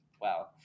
wow